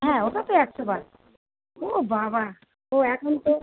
হ্যাঁ ওটা তো একশো বার ও বাবা ও এখন তো